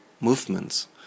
movements